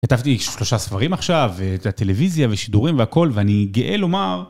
כתבתי שלושה ספרים עכשיו, ואת הטלוויזיה, ושידורים, והכל, ואני גאה לומר...